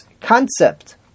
concept